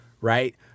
right